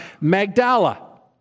Magdala